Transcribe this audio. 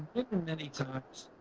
many times,